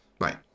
Right